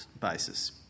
basis